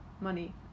money